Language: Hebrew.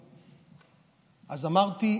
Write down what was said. אז אמרתי: